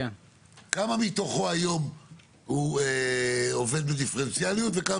כמה מתוכו היום עובד בדיפרנציאליות וכמה